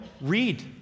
read